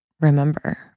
remember